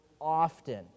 often